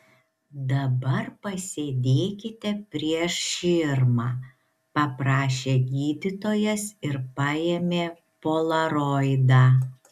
dabar pasėdėkite prieš širmą paprašė gydytojas ir paėmė polaroidą